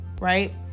right